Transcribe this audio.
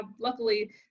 luckily